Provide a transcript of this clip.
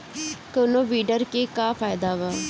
कौनो वीडर के का फायदा बा?